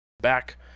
back